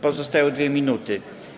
Pozostają 2 minuty.